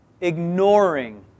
ignoring